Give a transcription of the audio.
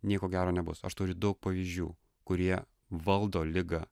nieko gero nebus aš turiu daug pavyzdžių kurie valdo ligą